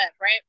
right